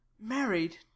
married